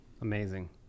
Amazing